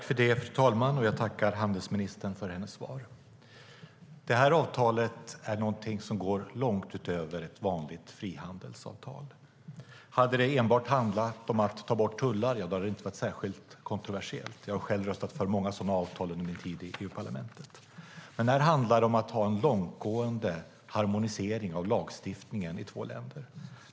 Fru talman! Jag tackar handelsministern för svaret. Det här avtalet är någonting som går långt utöver ett frihandelsavtal. Hade det enbart handlat om att ta bort tullar, då hade det inte varit särskilt kontroversiellt. Jag har själv röstat för många sådana avtal under min tid i EU-parlamentet. Men här handlar det om att ha en långtgående harmonisering av lagstiftningen i två ekonomier.